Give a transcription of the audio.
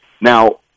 Now